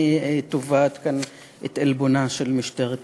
אני תובעת כאן את עלבונה של משטרת ישראל.